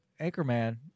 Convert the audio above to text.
Anchorman